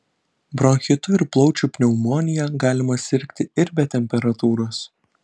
bronchitu ir plaučių pneumonija galima sirgti ir be temperatūros